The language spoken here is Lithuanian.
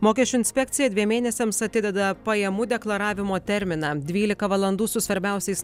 mokesčių inspekcija dviem mėnesiams atideda pajamų deklaravimo terminą dvylika valandų su svarbiausiais